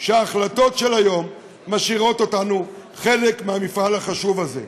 שההחלטות של היום משאירות אותנו חלק מהמפעל החשוב הזה.